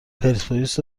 پرسپولیس